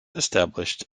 established